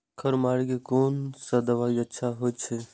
खर मारे के कोन से दवाई अच्छा होय छे?